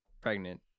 pregnant